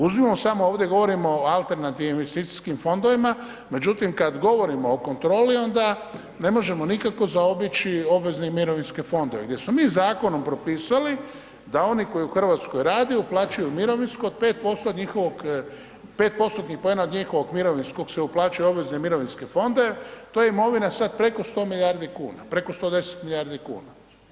Uzmimo samo ovdje govorimo o alternativnim investicijskim fondovima, međutim kad govorimo o kontroli onda ne možemo nikako zaobići obvezne i mirovinske fondove gdje smo mi zakonom propisali da oni koji u Hrvatskoj rade uplaćuju mirovinsko od 5% od njihovog, 5%-tnih poena od njihovog mirovinskog se uplaćuje u obvezne mirovinske fondove, to je imovina sad preko 100 milijardi kuna, preko 110 milijardi kuna.